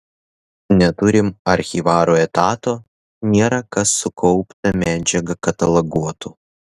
neturim archyvaro etato nėra kas sukauptą medžiagą kataloguotų